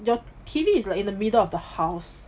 your T_V is in the middle of the house